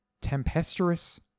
tempestuous